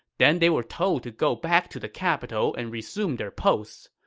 then they were told to go back to the capital and resume their posts,